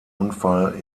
unfall